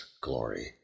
glory